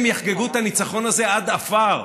הם יחגגו את הניצחון הזה עד עפר.